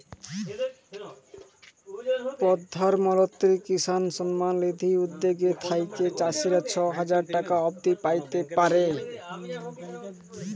পরধাল মলত্রি কিসাল সম্মাল লিধি উদ্যগ থ্যাইকে চাষীরা ছ হাজার টাকা অব্দি প্যাইতে পারে